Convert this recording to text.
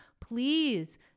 Please